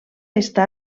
està